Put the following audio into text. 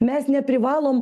mes neprivalom